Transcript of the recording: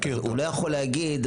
בעל העסק לא יכול להגיד,